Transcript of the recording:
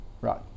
right